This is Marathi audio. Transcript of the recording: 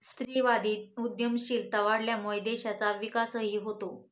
स्त्रीवादी उद्यमशीलता वाढल्यामुळे देशाचा विकासही होतो